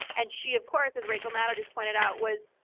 and she of course, as rachel maddow just pointed out, was,